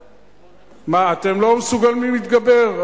מה, אתם לא מסוגלים להתגבר?